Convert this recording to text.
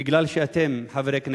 בגלל שאתם חברי כנסת.